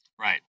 Right